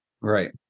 Right